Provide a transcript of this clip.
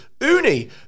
Uni